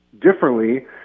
differently